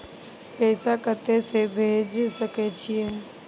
पैसा कते से भेज सके छिए?